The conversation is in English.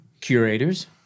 Curators